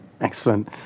Excellent